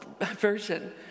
version